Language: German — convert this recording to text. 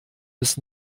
bis